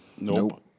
Nope